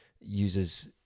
uses